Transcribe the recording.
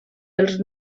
els